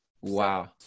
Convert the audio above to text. Wow